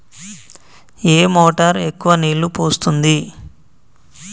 ఏ motor ఎక్కువ నీళ్లు పోస్తుంది?